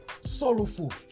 sorrowful